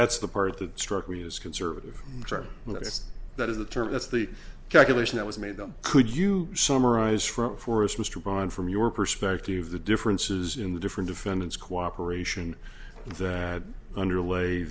that's the part that struck me as conservative with if that is the term that's the calculation that was made them could you summarize from for us mr bond from your perspective the differences in the different defendants cooperation that underlay